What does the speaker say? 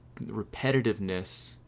repetitiveness